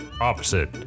opposite